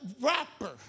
rapper